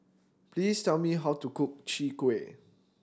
please tell me how to cook Chwee Kueh